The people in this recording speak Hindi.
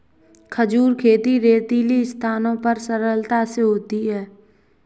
खजूर खेती रेतीली स्थानों पर सरलता से होती है